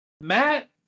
Matt